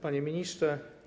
Panie Ministrze!